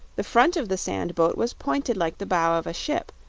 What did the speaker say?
the front of the sand-boat was pointed like the bow of a ship,